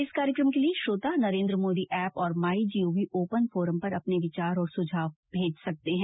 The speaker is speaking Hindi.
इस कार्यक्रम के लिए श्रोता नरेन्द्र मोदी एप और माई जीओवी ओपन फोरम पर अपने विचार और सुझाव भेज सकते हैं